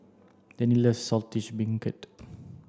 Danny loves Saltish Beancurd